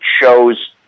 shows